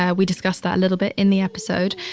ah we discuss that a little bit in the episode,